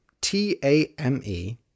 T-A-M-E